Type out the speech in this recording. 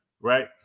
Right